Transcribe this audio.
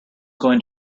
going